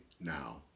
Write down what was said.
now